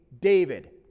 David